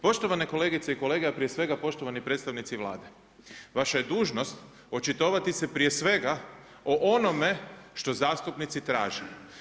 Poštovane kolegice i kolege, a prije svega poštovani predstavnici Vlade, vaša je dužnost očitovati se prije svega o onome što zastupnici traže.